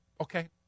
Okay